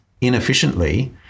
inefficiently